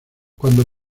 cuando